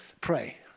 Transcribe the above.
pray